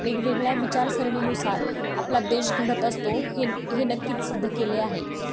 वेगवेगळ्या विचारसरणीनुसार आपला देश घडत असतो हे हे नक्कीच सिद्ध केले आहे